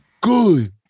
good